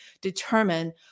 determine